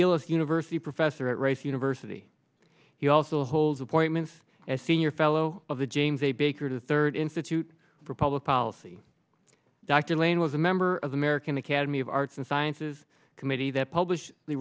us university professor at rice university he also holds appointments as senior fellow of the james a baker to third institute for public policy dr lane was a member of the american academy of arts and sciences committee that published the